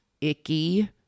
icky